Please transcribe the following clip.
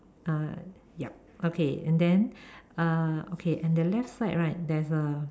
uh yup okay and then uh okay and the left side right there's a